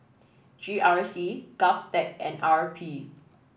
G R C Govtech and R P